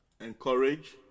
Encourage